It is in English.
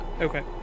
Okay